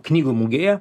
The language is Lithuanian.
knygų mugėje